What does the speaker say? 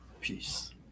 peace